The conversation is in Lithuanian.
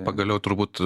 pagaliau turbūt